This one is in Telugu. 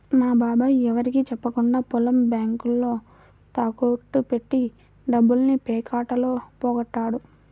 మా బాబాయ్ ఎవరికీ చెప్పకుండా పొలం బ్యేంకులో తాకట్టు బెట్టి డబ్బుల్ని పేకాటలో పోగొట్టాడు